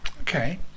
Okay